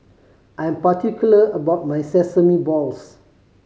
I'm particular about my sesame balls